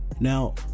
now